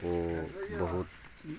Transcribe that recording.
ओ बहुत